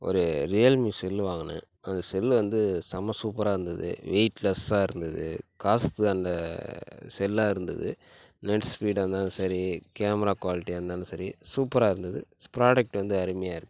ஒரு Realme cell வாங்கின அந்த செல்லு வந்து செம சூப்பராக இருந்தது வெயிட் லெஸ்ஸாக இருந்தது காசுக்கு தகுந்த செல்லாக இருந்தது நெட் ஸ்பீடாக இருந்தாலும் சரி கேமரா குவாலிட்டியாக இருந்தாலும் சரி சூப்பராக இருந்தது ஸ் ப்ராடக்ட் வந்து அருமையாக இருக்குது